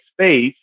space